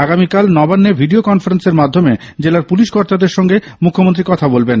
আগামীকাল নবান্নে ভিডিও কনফারেন্সের মাধ্যমে জেলার পুলিশ কর্তাদের সঙ্গে মুখ্যমন্ত্রী কথা বলবেন